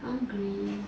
hungry